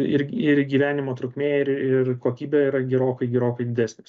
ir ir gyvenimo trukmė ir ir kokybė yra gerokai gerokai didesnis